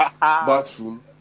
bathroom